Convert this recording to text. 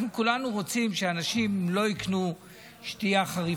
אנחנו כולנו רוצים שאנשים לא יקנו שתייה חריפה.